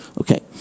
Okay